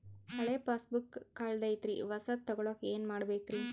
ಹಳೆ ಪಾಸ್ಬುಕ್ ಕಲ್ದೈತ್ರಿ ಹೊಸದ ತಗೊಳಕ್ ಏನ್ ಮಾಡ್ಬೇಕರಿ?